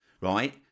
right